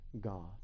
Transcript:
God